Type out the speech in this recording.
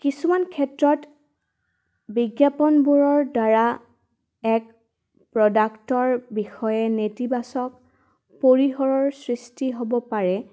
কিছুমান ক্ষেত্ৰত বিজ্ঞাপনবোৰৰদ্বাৰা এক প্ৰডাক্টৰ বিষয়ে নেতিবাচক পৰিসৰৰ সৃষ্টি হ'ব পাৰে